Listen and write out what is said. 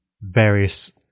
various